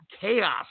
chaos